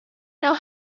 now